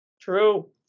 True